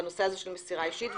בנושא של מסירה אישית.